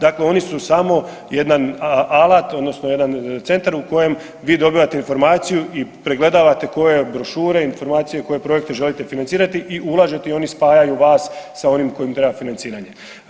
Dakle, oni su samo jedan alat, odnosno jedan centar u kojem vi dobivate informaciju i pregledavate koje brošure, informacije, koje projekte želite financirati i ulažete i oni spajaju vas sa onim kojima treba financiranje.